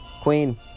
Queen